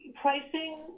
pricing